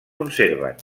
conserven